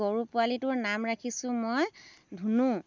গৰু পোৱালীটোৰ নাম ৰাখিছোঁ মই ধুনু